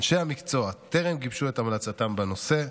אנשי המקצוע טרם גיבשו את המלצתם בנושא.